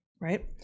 right